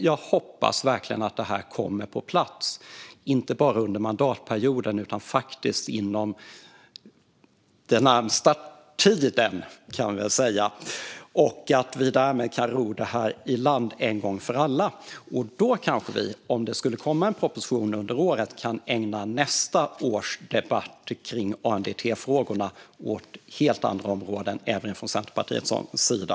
Jag hoppas verkligen att detta kommer på plats, inte bara under mandatperioden utan faktiskt inom den närmaste tiden, och att vi därmed kan ro detta i land en gång för alla. Om det skulle komma en proposition under året kanske vi kan ägna nästa års debatt om ANDTS-frågorna åt helt andra områden även från Centerpartiets sida.